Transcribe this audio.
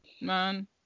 man